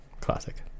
classic